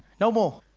no more.